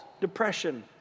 depression